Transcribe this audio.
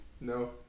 No